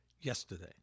yesterday